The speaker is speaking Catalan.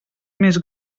més